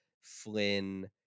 Flynn